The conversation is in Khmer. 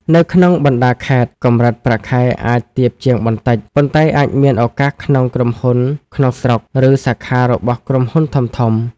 នៅក្នុងបណ្តាខេត្ត កម្រិតប្រាក់ខែអាចទាបជាងបន្តិច ប៉ុន្តែអាចមានឱកាសក្នុងក្រុមហ៊ុនក្នុងស្រុក ឬសាខារបស់ក្រុមហ៊ុនធំៗ។